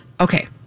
Okay